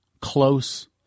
close